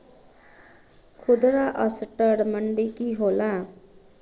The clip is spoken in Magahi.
खुदरा असटर मंडी की होला?